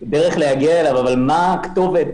כל עולם העברות הכספים,